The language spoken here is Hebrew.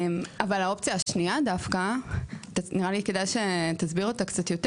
אבל לגבי האופציה השנייה נראה לי שכדאי שתסביר אותה קצת יותר.